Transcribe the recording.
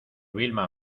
vilma